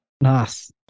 Nice